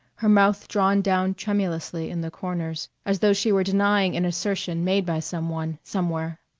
her mouth drawn down tremulously in the corners, as though she were denying an assertion made by some one, somewhere.